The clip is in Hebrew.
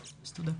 תודה.